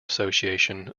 association